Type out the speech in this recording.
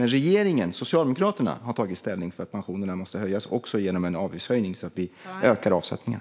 Men regeringen och Socialdemokraterna har tagit ställning för att pensionerna måste höjas också genom en avgiftshöjning så att vi ökar avsättningen.